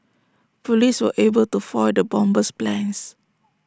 Police were able to foil the bomber's plans